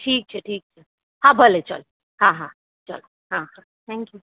ઠીક છે ઠીક છે હા ભલે ચાલો હા હા ચાલો હા હા થેન્ક્યુ